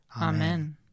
Amen